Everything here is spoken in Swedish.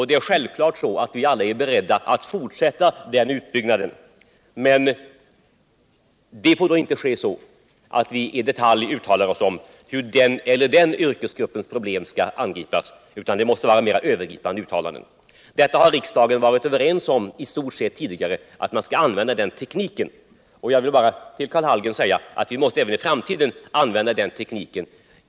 Det är självklart att vi alla är beredda att fortsätta den uppbyggnaden, men det får inte ske genom att vi i detalj uttalar oss om hur olika yrkesgruppers problem skall angripas, utan det måste vara övergripande uttalanden. Riksdagen har tidigare varit i stort sett överens om att man skall använda den tekniken. Jag vill bara till Karl Hallgren säga att vi även i framtiden måste använda den tekniken.